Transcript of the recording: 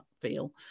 feel